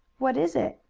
what is it?